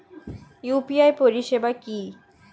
UPI পরিষেবা কি?